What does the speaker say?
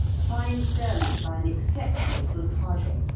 a fine sermon by an exceptionally good padre,